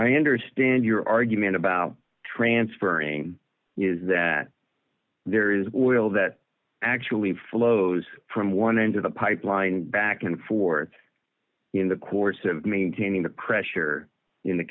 i understand your argument about transferring is that there is oil that actually flows from one end of the pipeline back and forth in the course of maintaining the pressure in the